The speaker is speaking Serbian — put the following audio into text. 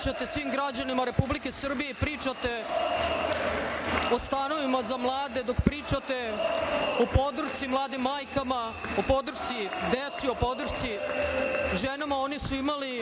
svim građanima Republike Srbije i pričate o stanovima za mlade, dok pričate o podršci mladim majkama, o podršci deci, o podršci ženama, oni su imali